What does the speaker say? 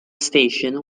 station